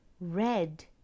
red